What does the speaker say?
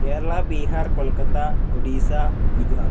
Keralam Bihar Kolkata Odisha Gujarat